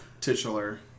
Titular